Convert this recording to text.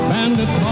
Bandit